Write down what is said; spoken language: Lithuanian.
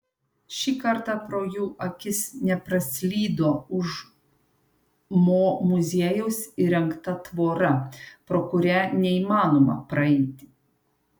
šį kartą pro jų akis nepraslydo už mo muziejaus įrengta tvora pro kurią neįmanoma praeiti